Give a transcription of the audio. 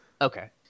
okay